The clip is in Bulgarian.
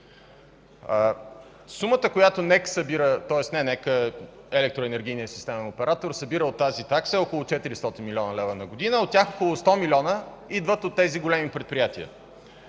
Сумата, която електроенергийния системен оператор събира от тази такса е около 400 млн. лв. на година, а от тях около 100 млн. идват от тези големи предприятия.